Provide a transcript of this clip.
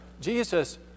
Jesus